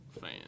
fan